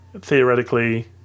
theoretically